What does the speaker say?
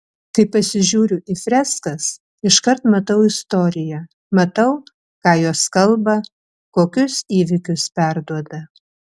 kai pasižiūriu į freskas iškart matau istoriją matau ką jos kalba kokius įvykius perduoda